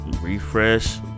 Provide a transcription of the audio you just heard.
refresh